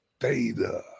Theta